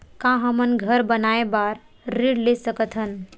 का हमन घर बनाए बार ऋण ले सकत हन?